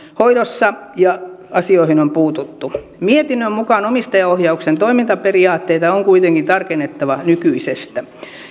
hoidossa ja asioihin on puututtu mietinnön mukaan omistajaohjauksen toimintaperiaatteita on kuitenkin tarkennettava nykyisestä